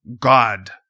God